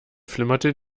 flimmerte